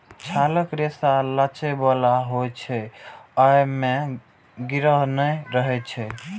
छालक रेशा लचै बला होइ छै, अय मे गिरह नै रहै छै